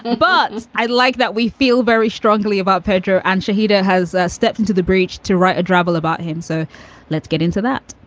but i like that we feel very strongly about pedro. and shahida has stepped into the breach to write a novel about him. so let's get into that.